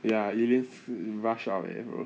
ya lah elaine 是 in rush up eh bro